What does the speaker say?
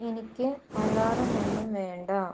എനിക്ക് അലാറം ഒന്നും വേണ്ട